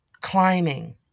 climbing